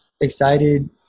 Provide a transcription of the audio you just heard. excited